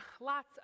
lots